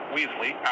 Weasley